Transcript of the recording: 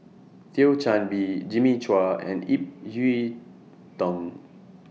Thio Chan Bee Jimmy Chua and Ip Yiu Tung